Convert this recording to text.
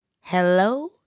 Hello